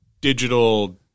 digital